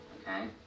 okay